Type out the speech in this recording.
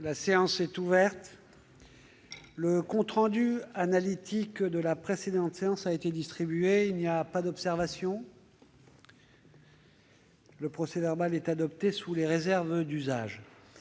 La séance est ouverte. Le compte rendu analytique de la précédente séance a été distribué. Il n'y a pas d'observation ?... Le procès-verbal est adopté sous les réserves d'usage.